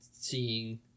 seeing